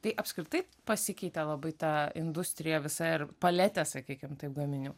tai apskritai pasikeitė labai ta industrija visa paletė sakykim taip gaminių